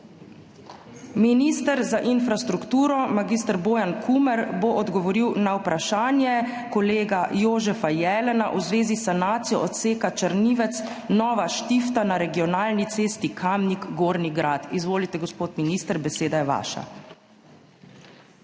Minister za infrastrukturo mag. Bojan Kumer bo odgovoril na vprašanje kolega Jožefa Jelena v zvezi s sanacijo odseka Črnivec–Nova Štifta na regionalni cesti Kamnik–Gornji Grad. Izvolite, gospod minister, beseda je vaša.